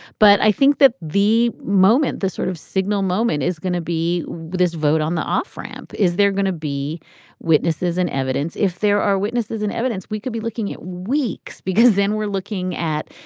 but i think that the moment the sort of signal moment is going to be with this vote on the offramp, is there going to be witnesses and evidence? if there are witnesses and evidence, we could be looking at weeks because then we're looking at,